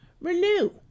renew